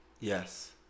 yes